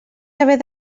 haver